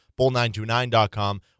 bull929.com